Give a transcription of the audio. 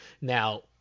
Now